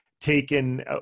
taken